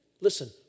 listen